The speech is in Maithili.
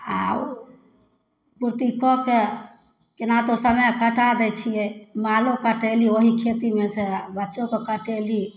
आ ओ पूर्ति कऽ कए केनहुतो समय कटा दै छियै मालो कटेली ओहि खेतीमे सऽ आ बच्चोके कटेली